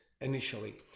initially